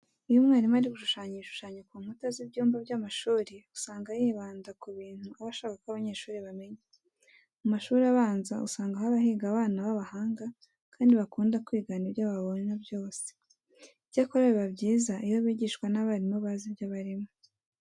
Iyo umwarimu ari gushushanya ibishushanyo ku nkuta z'ibyumba by'amashuri, usanga yibanda ku bintu aba ashaka ko abanyeshuri bamenya. Mu mashuri abanza usanga haba higa abana b'abahanga kandi bakunda kwigana ibyo babona byose. Icyakora biba byiza iyo bigishwa n'abarimu bazi ibyo barimo.